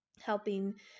helping